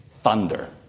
Thunder